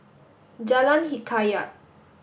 Jalan Hikayat